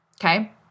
okay